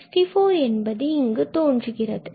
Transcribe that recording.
எனவே 64 என்பது இங்கு தோன்றுகிறது